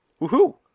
Woohoo